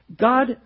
God